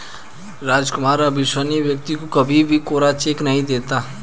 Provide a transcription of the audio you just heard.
रामकुमार अविश्वसनीय व्यक्ति को कभी भी कोरा चेक नहीं देता